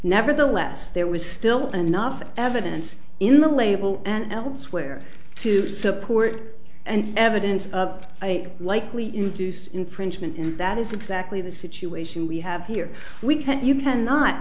nevertheless there was still enough evidence in the label and elsewhere to support and evidence of a likely induced infringement and that is exactly the situation we have here we can't you cannot